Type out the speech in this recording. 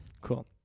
Cool